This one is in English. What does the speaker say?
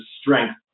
strength